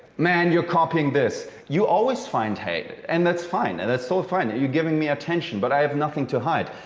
man, you're copying this. you always find hate and that's fine and that's all so fine. and you're giving me attention, but i have nothing to hide.